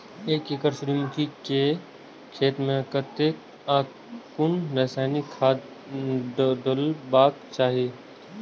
एक एकड़ सूर्यमुखी केय खेत मेय कतेक आ कुन रासायनिक खाद डलबाक चाहि?